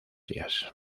días